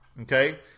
Okay